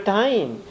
time